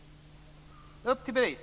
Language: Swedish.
Upp till bevis!